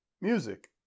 music